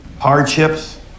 Hardships